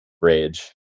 rage